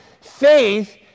faith